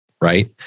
Right